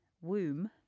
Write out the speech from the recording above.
womb